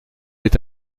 est